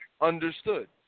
understood